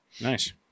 nice